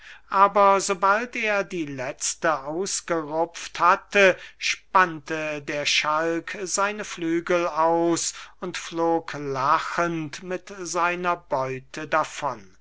aber so bald er die letzte ausgerupft hatte spannte der schalk seine flügel aus und flog lachend mit seiner beute davon